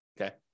okay